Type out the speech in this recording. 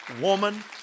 woman